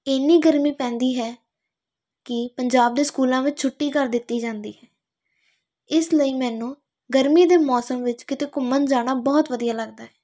ਇੰਨੀ ਗਰਮੀ ਪੈਂਦੀ ਹੈ ਕਿ ਪੰਜਾਬ ਦੇ ਸਕੂਲਾਂ ਵਿੱਚ ਛੁੱਟੀ ਕਰ ਦਿੱਤੀ ਜਾਂਦੀ ਇਸ ਲਈ ਮੈਨੂੰ ਗਰਮੀ ਦੇ ਮੌਸਮ ਵਿੱਚ ਕਿਤੇ ਘੁੰਮਣ ਜਾਣਾ ਬਹੁਤ ਵਧੀਆ ਲੱਗਦਾ